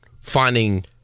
finding